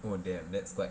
oh dear that's quite